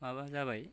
माबा जाबाय